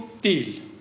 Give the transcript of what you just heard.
deal